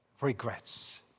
regrets